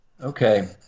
Okay